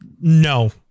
No